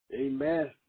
Amen